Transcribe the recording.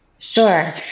Sure